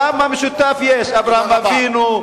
כמה משותף יש: אברהם אבינו,